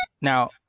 Now